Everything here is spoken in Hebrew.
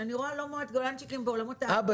שאני רואה לא מעט גולנצ'יקים בעולמות ההיי-טק